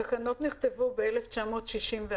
התקנות נכתבו ב-1964.